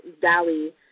valley